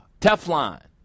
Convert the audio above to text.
Teflon